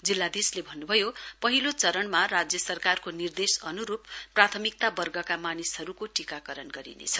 जिल्लाधीशले भन्नुभयो पहिलो चरणमा राज्य सरकारको निर्देश अनुरूप प्राथमिकता वर्गका मानिसहरूलाई टीकाकरण गरिनेछ